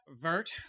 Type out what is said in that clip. Vert